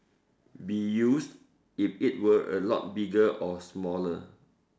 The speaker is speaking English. be used if it were a lot bigger or smaller